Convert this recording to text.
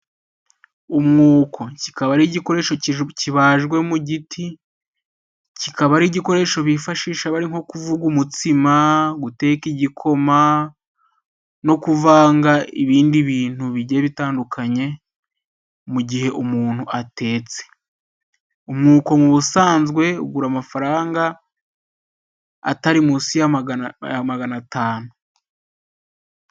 Umwuko, kikaba ari igikoresho kibajwe mu giti, kikaba ari igikoresho bifashisha bari nko kuvuga umutsima, guteka igikoma no kuvanga ibindi bintu bigiye bitandukanye, mu gihe umuntu atetse. Umwuko mu busanzwe ugura amafaranga atari munsi ya magana atanu.